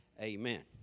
Amen